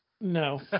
No